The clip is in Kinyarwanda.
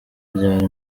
ryari